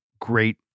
great